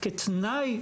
תודה שכולכם הגעתם לפה,